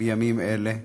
בימים אלה,